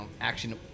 action